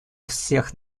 всех